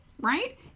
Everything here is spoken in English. right